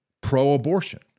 pro-abortion